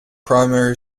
primary